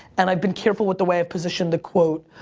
and i've been careful with the way i've positioned the quote.